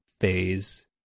phase